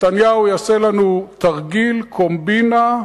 נתניהו יעשה לנו תרגיל קומבינה,